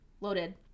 Loaded